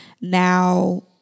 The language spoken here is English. Now